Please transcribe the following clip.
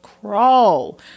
crawl